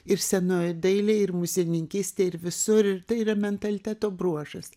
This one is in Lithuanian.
ir senojoj dailėj ir muziejininkystėj ir visur ir tai yra mentaliteto bruožas